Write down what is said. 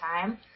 time